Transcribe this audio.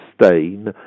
sustain